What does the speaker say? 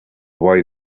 why